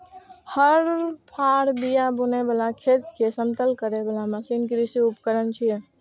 हर, फाड़, बिया बुनै बला, खेत कें समतल करै बला मशीन कृषि उपकरण छियै